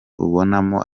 ubonamo